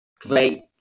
great